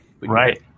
right